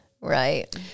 right